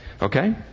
Okay